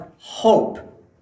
hope